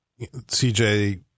CJ